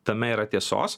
tame yra tiesos